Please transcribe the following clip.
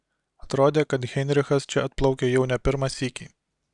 atrodė kad heinrichas čia atplaukia jau ne pirmą sykį